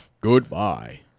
goodbye